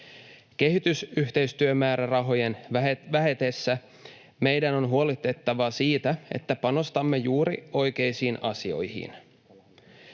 Kehitysyhteistyömäärärahojen vähetessä meidän on huolehdittava siitä, että panostamme juuri oikeisiin asioihin.